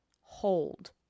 hold